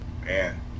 man